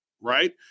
Right